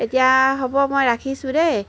এতিয়া হ'ব মই ৰাখিছোঁ দেই